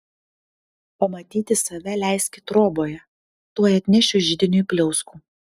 pamatyti save leiski troboje tuoj atnešiu židiniui pliauskų